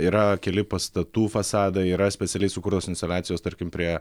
yra keli pastatų fasadai yra specialiai sukurtos instaliacijos tarkim prie